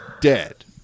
dead